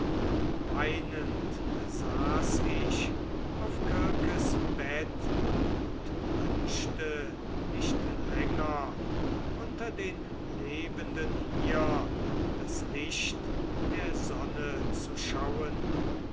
weinend saß ich im sande des meers und wünschte nicht länger unter den lebenden hier das licht der sonne zu schauen